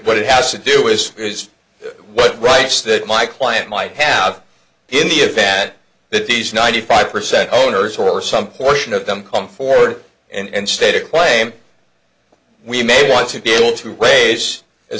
what it has to do is is what rights that my client might have in the event that these ninety five percent owners or some portion of them come forward and stated plame we may want to be able to